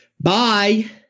Bye